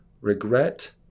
regret